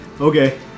okay